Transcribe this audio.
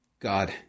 God